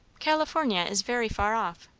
california is very far off.